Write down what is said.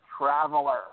Traveler